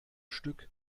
stück